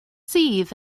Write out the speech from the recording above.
sydd